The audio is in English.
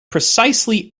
precisely